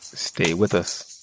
stay with us